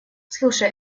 слушай